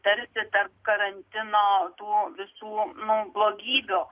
tarsi tarp karantino tų visų nu blogybių